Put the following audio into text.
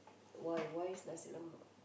why why is nasi-lemak